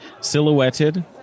silhouetted